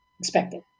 expected